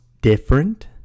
different